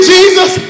Jesus